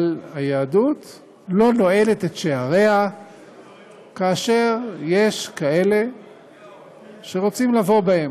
אבל היהדות לא נועלת את שעריה כאשר יש כאלה שרוצים לבוא בהם.